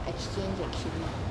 exchange the trip like